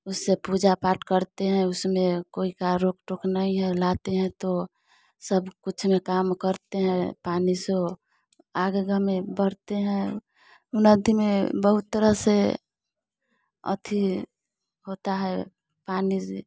उससे पूजा पाठ करते हैं उसमें कोई का रोक टोक नहीं है लाते हैं तो सब कुछ में काम करते हैं पानी सो आगे ग में बढ़ते हैं ऊ नदी में बहुत तरह से अति होता है पानी जी